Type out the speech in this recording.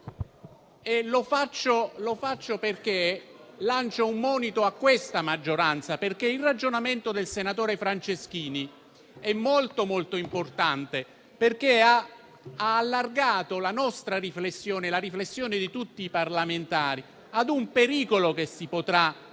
Franceschini. Lancio un monito a questa maggioranza: il ragionamento del senatore Franceschini è molto importante, perché ha allargato la nostra riflessione, la riflessione di tutti i parlamentari a un pericolo che potrà sorgere